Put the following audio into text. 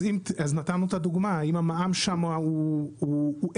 אז נתנו את הדוגמה, אם המע"מ שם הוא אפס.